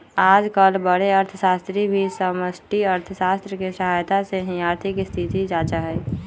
आजकल बडे अर्थशास्त्री भी समष्टि अर्थशास्त्र के सहायता से ही आर्थिक स्थिति जांचा हई